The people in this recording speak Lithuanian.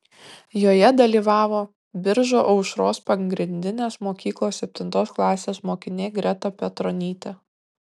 joje dalyvavo biržų aušros pagrindinės mokyklos septintos klasės mokinė greta petronytė